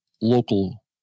local